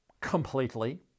completely